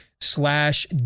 slash